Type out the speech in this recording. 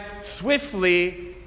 swiftly